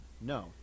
No